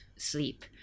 sleep